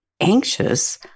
anxious